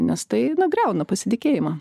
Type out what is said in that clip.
nes tai griauna pasitikėjimą